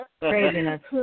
Craziness